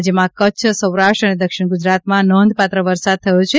રાજ્યમાં કચ્છ સૌરાષ્ટ્ર અને દક્ષિણ ગુજરાતમાં નોંધપાત્ર વરસાદ થયો છે